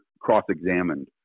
cross-examined